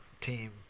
team